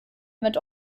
mit